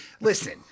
Listen